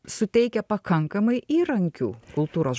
suteikia pakankamai įrankių kultūros